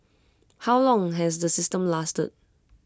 how long has the system lasted